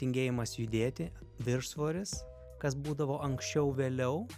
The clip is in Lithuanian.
tingėjimas judėti viršsvoris kas būdavo anksčiau vėliau